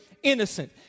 Innocent